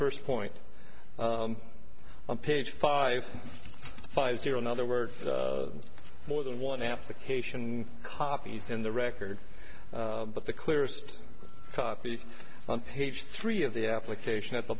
first point on page five five zero in other words more than one application copies in the record but the clearest copy on page three of the application at the